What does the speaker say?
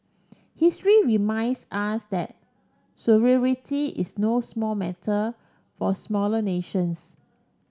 history reminds us that sovereignty is no small matter for smaller nations